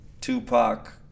Tupac